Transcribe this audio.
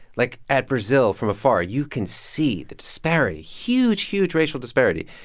like, at brazil from afar, you can see the disparity huge, huge racial disparity.